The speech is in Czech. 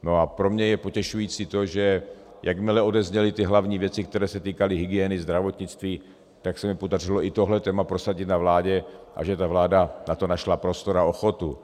A pro mě je potěšující to, že jakmile odezněly ty hlavní věci, které se týkaly hygieny, zdravotnictví, tak se mi podařilo i tohle téma prosadit na vládě a že ta vláda na to našla prostor a ochotu.